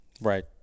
right